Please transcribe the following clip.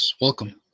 welcome